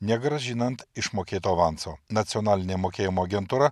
negrąžinant išmokėto avanso nacionalinė mokėjimo agentūra